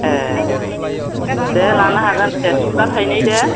ए दे लानो हागोन दे सुतआ थाइनै दे